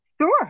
Sure